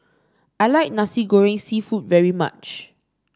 I like Nasi Goreng seafood very much